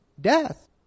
death